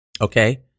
Okay